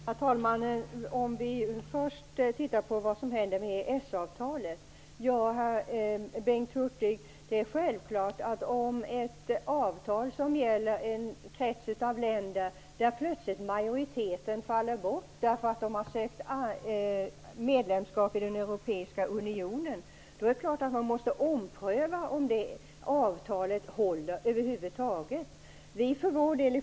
Herr talman! Vi kan först titta på vad som händer med EES-avtalet. Bengt Hurtig, om majoriteten av de länder som har ingått ett avtal plötsligt faller bort därför att de har ansökt om medlemskap i den europeiska unionen är det klart att man måste ompröva om avtalet över huvud taget håller.